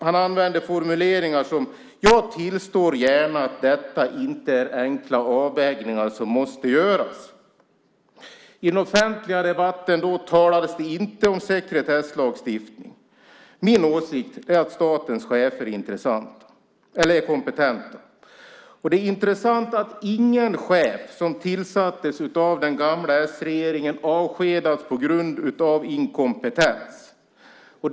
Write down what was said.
Han använder formuleringar som: Jag tillstår gärna att detta inte är enkla avvägningar som måste göras. I den offentliga debatten talades det inte om sekretesslagstiftning. Min åsikt är att statens chefer är kompetenta. Det är intressant att ingen chef som tillsattes av den gamla s-regeringen har avskedats på grund av inkompetens.